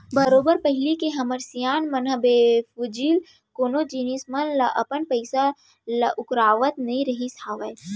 बरोबर पहिली के हमर सियान मन ह बेफिजूल कोनो जिनिस मन म अपन पइसा ल उरकावत नइ रहिस हावय